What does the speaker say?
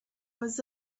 was